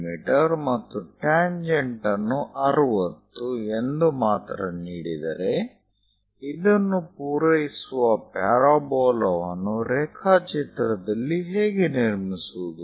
me ಮತ್ತು tangent ಅನ್ನು 60 ಎಂದು ಮಾತ್ರ ನೀಡಿದರೆ ಇದನ್ನು ಪೂರೈಸುವ ಪ್ಯಾರಾಬೋಲಾವನ್ನು ರೇಖಾಚಿತ್ರದಲ್ಲಿ ಹೇಗೆ ನಿರ್ಮಿಸುವುದು